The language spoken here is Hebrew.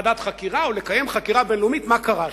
ועדת חקירה או לקיים חקירה בין-לאומית מה קרה שם.